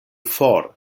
for